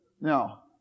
now